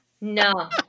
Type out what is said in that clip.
No